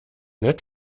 nett